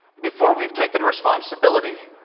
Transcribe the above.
before we've taken responsibility.